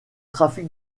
trafic